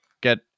get